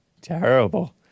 Terrible